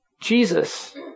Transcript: Jesus